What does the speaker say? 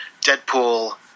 Deadpool